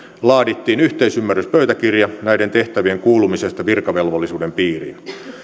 laadittiin yhteisymmärryspöytäkirja näiden tehtävien kuulumisesta virkavelvollisuuden piiriin